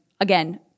Again